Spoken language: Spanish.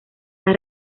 las